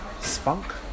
spunk